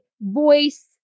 voice